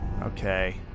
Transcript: Okay